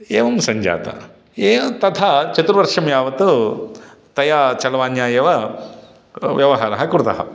एवं सञ्जाता ये तथा चतुर्वषेभ्यः यावत् तया चरवाण्या एव व्यवहारः कृतः